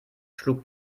schlug